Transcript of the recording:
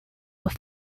were